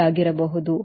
8 ಆಗಿರಬಹುದು